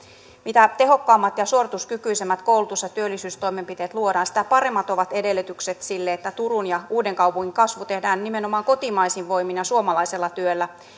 mitä tehokkaammat ja suorituskykyisemmät koulutus ja työllisyystoimenpiteet luodaan sitä paremmat ovat edellytykset sille että turun ja uudenkaupungin kasvu tehdään nimenomaan kotimaisin voimin ja suomalaisella työllä